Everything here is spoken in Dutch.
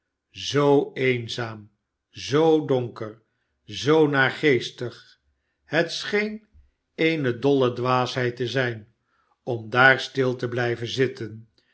zoo eenzaam zoo donker zoo naargeestig het scheen eene dolle dwaasheid te zijn om daar stil te bhjven zitten